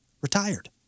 Retired